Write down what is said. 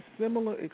similar